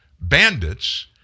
Bandits